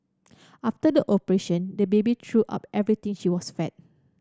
after the operation the baby threw up everything she was fed